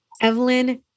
Evelyn